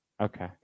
Okay